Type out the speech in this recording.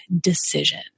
decision